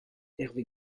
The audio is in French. hervé